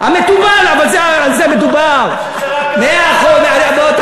המתובל, אבל על זה מדובר.